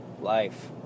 life